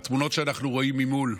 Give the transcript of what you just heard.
התמונות שאנחנו רואים ממול,